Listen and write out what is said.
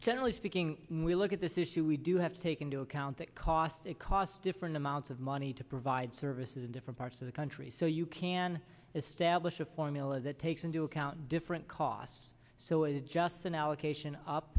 generally speaking we look at this issue we do have to take into account that cost it cost different amounts of money to provide services in different parts of the country so you can establish a fine that takes into account different costs so it's just an allocation up